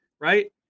right